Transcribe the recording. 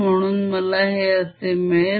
म्हणून मला हे असे मिळेल